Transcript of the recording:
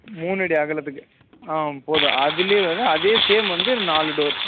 மூணு அடி அகலத்துக்கு ஆ போதும் அதுலேயே வந்து அதே சேம் வந்து நாலு டோர்